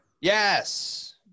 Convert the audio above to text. Yes